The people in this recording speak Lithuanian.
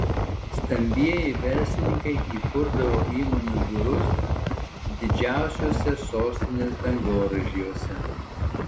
stambieji verslininkai įkurdavo įmonių biurus didžiausiuose sostinės dangoraižiuose